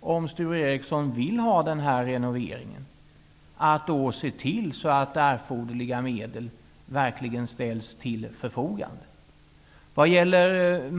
Om Sture Ericson vill ha den här renoveringen är det ingen större konst att se till att erforderliga medel verkligen ställs till förfogande.